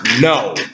No